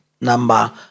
number